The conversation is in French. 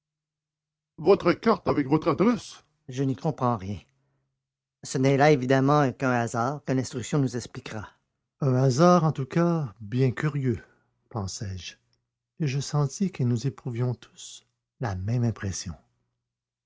votre carte avec votre adresse je n'y comprends rien ce n'est là évidemment qu'un hasard que l'instruction nous expliquera un hasard en tout cas bien curieux pensai-je et je sentis que nous éprouvions tous la même impression